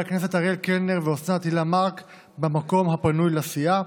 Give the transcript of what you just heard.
הכנסת אריאל קלנר ואוסנת הילה מארק במקום הפנוי לסיעה,